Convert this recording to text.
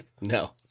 No